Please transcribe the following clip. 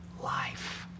life